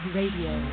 Radio